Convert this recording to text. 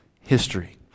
history